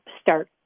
start